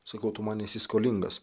sakau tu man esi skolingas